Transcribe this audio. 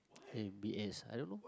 m_b_s I don't know